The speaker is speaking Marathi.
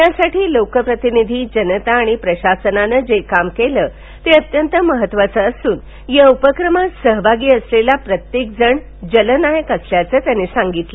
त्यासाठी लोक प्रतिनिधी जनता आणि प्रशासनानं जे काम केलं ते अत्यंत महत्वाचं असून या उपक्रमात सहभागी असलेला प्रत्येकजण जल नायक असल्याचं ते म्हणाले